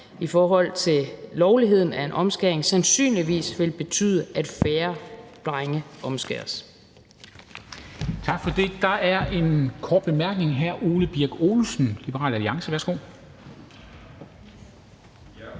i forhold til lovligheden af en omskæring sandsynligvis vil betyde, at færre drenge omskæres.